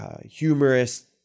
humorous